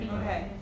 okay